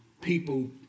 people